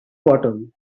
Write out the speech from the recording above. bottom